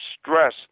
stress